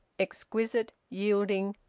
exquisite, yielding,